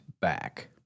back